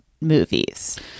movies